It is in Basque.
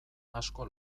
asko